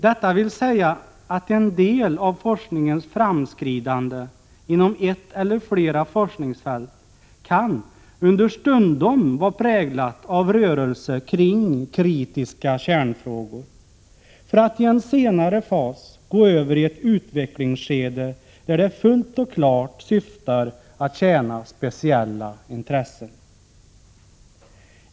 Detta vill säga att en del av forskningens framskridande inom ett eller flera forskningsfält understundom kan vara präglat av rörelse kring kritiska kärnfrågor för att i en senare fas gå över i ett utvecklingsskede, där det fullt och klart syftar att tjäna speciella intressen.